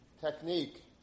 technique